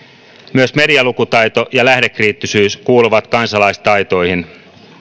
myös medialukutaito ja lähdekriittisyys kuuluvat kansalaistaitoihin